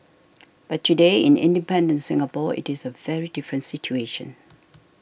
but today in independent Singapore it is a very different situation